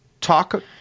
talk